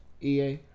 EA